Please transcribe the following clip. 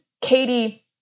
Katie